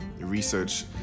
research